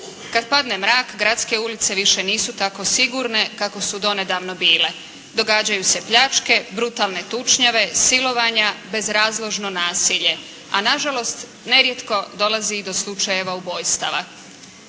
Kada padne mrak gradske ulice više nisu tako sigurne kako su donedavno bile. Događaju se pljačke, brutalne tučnjave, silovanja, bezrazložno nasilje, a na žalost nerijetko dolazi i do slučajeva ubojstava.